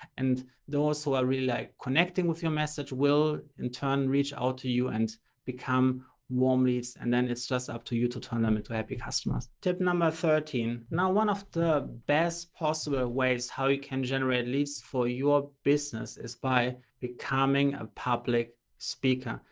and those who are really like connecting with your message will in turn reach out to you and become warm leads, and then it's just up to you to turn them into happy customers. tip number thirteen now, one of the best possible ways how you can generate leads for your business is by becoming a public speaker.